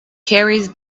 carries